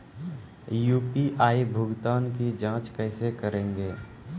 UPI भुगतान की जाँच कैसे करेंगे?